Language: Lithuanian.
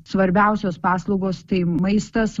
svarbiausios paslaugos tai maistas